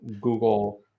Google